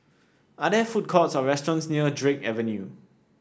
are there food courts or restaurants near Drake Avenue